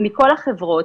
מכל החברות,